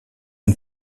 une